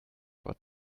but